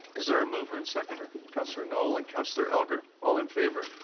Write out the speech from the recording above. is there a mover and seconder? councillor knoll and councillor elgar. all in favour?